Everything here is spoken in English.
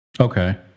Okay